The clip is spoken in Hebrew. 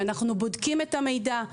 שאנחנו בודקים את המידע.